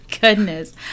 goodness